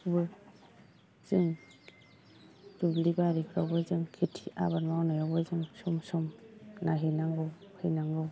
जों दुब्लिबारिफोरावबो जों खेथि आबाद मावनायावबो जों सम सम नायहैनांगौ फैनांगौ